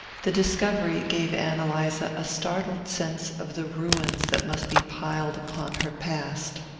the discovery gave ann eliza a startled sense of the ruins that must be piled upon her past.